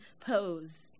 pose